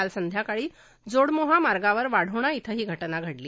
काल संध्याकाळी जोडमोहा मार्गावर वाढोणा इथं ही घटना घडली